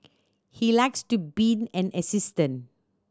he likes to being an assistant